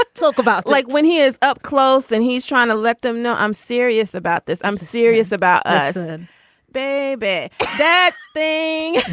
talk about like when he is up close and he's trying to let them know i'm serious about this i'm serious about ah him baby that thing.